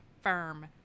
firm